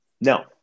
No